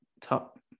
top